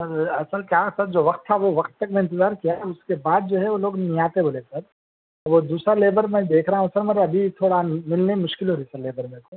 سر اصل کیا سر جو وقت ہے وہ وقت پہ میں اتنظار کیا اُس کے بعد جو ہے وہ لوگ سر وہ دوسرا لیبر میں دیکھ رہا ہوں سر مگر ابھی تھوڑا مِلنے میں مشکل ہو رہی سر لیبر میرے کو